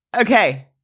Okay